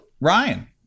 ryan